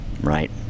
right